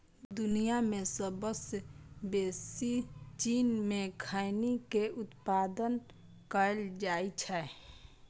दुनिया मे सबसं बेसी चीन मे खैनी के उत्पादन कैल जाइ छै